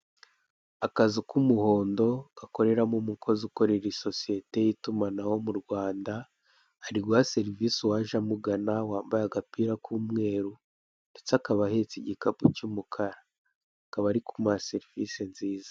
Akazu k'umuhondo gakoreramo umukozi ukorera isosiyete y'itumanaho mu Rwanda, ari guha serivise uwaje amugana, wambaye agapira k'umweru, ndetse akaba ahetse igikapu cy'umukara akaba ari kumuha serivise nziza.